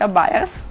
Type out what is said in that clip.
bias